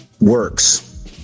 works